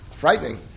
frightening